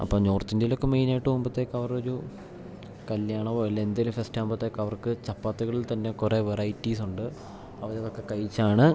അപ്പം നോർത്ത് ഇന്ത്യയിലൊക്കെ മെയിൻ ആയിട്ട് നോക്കുമ്പത്തേക്ക് അവരുടെ ഒരു കല്യാണമോ അല്ലേൽ എന്തേലും ഫെസ്റ്റാവ്മ്പത്തേക്കവർക്ക് ചപ്പാത്തികളിൽ തന്നെ കുറെ വെറൈറ്റീസുണ്ട് അവരതൊക്കെ കഴിച്ചാണ്